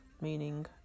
meaning